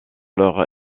leur